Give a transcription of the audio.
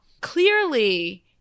clearly